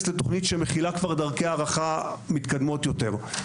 לתוכנית שמכילה כבר דרכי הערכה מתקדמות יותר.